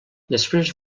després